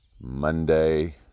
Monday